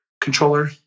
controller